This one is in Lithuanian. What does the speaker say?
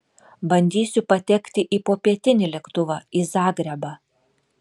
bandysiu patekti į popietinį lėktuvą į zagrebą